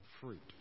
fruit